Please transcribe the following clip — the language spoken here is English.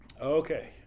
Okay